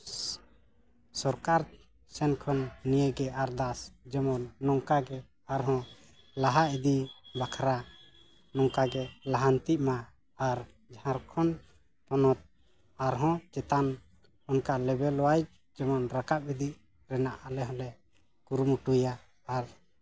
ᱥᱚᱨᱠᱟᱨ ᱥᱮᱱ ᱠᱷᱚᱱ ᱱᱤᱭᱟᱹ ᱟᱨᱫᱟᱥ ᱱᱚᱝᱠᱟᱜᱮ ᱟᱨᱦᱚᱸ ᱞᱟᱦᱟ ᱵᱟᱠᱷᱨᱟ ᱱᱚᱝᱠᱟᱜᱮ ᱞᱟᱦᱟᱱᱛᱤᱜ ᱢᱟ ᱟᱨ ᱡᱷᱟᱲᱠᱷᱚᱸᱰ ᱯᱚᱱᱚᱛ ᱟᱨ ᱦᱚᱸ ᱪᱮᱛᱟᱱ ᱚᱱᱠᱟ ᱞᱮ ᱵᱮ ᱞ ᱚᱣᱟᱭᱤᱡᱽ ᱡᱮᱢᱚᱱ ᱨᱟᱠᱟᱵ ᱤᱫᱤᱜ ᱨᱮᱱᱟᱜ ᱟᱞᱮ ᱦᱚᱞᱮ ᱠᱩᱨᱩᱢᱩᱴᱩᱭᱟ ᱟᱨ